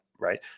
right